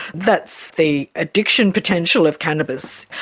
that's the addiction potential of cannabis.